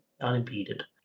Unimpeded